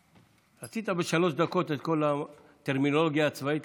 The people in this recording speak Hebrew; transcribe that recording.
רצית לשים בשלוש דקות את כל הטרמינולוגיה הצבאית?